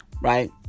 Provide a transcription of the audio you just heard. Right